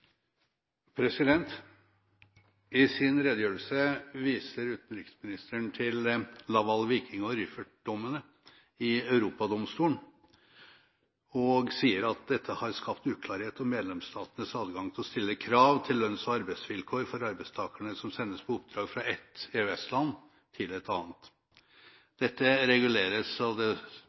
I sin redegjørelse viser utenriksministeren til Laval-, Viking- og Rüffert-dommene i Europadomstolen og sier at dette har skapt uklarhet om medlemsstatenes adgang til å stille krav til lønns- og arbeidsvilkår for arbeidstakerne som sendes på oppdrag fra et EØS-land til et annet. Dette reguleres av det